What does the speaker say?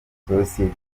sosiyete